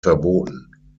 verboten